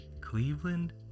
Cleveland